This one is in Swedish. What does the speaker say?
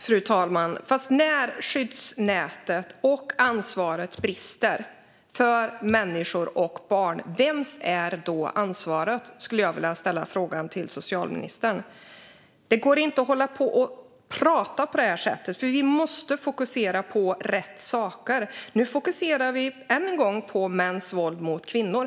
Fru talman! Vems är ansvaret när skyddsnätet och ansvaret brister för människor - för barn? Den frågan ställer jag till socialministern. Man kan inte hålla på och prata på det här sättet. Vi måste fokusera på rätt saker. Nu fokuserar vi än en gång på mäns våld mot kvinnor.